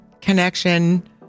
connection